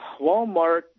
Walmart